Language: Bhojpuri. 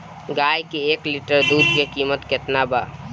गाय के एक लीटर दुध के कीमत केतना बा?